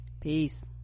peace